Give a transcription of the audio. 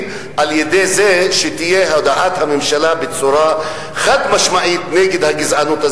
על-ידי זה שתהיה הודעת ממשלה חד-משמעית נגד הגזענות,